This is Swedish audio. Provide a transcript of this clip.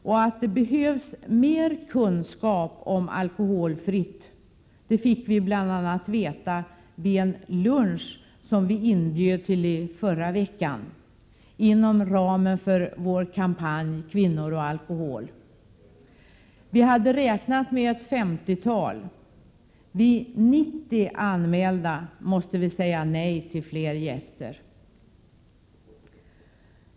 Och att det behövs mera kunskap om alkoholfritt fick vi i förra veckan bl.a. veta vid en lunch som vi inbjöd till inom ramen för vår kampanj Kvinnor och alkohol. Vi hade räknat med ett femtiotal deltagare. Vid 90 anmälda måste vi säga nej till fler gäster!